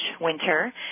winter